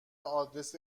آدرس